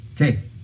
okay